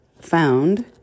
found